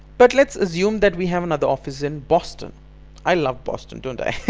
but let's assume that we have another office in boston i love boston, dont i?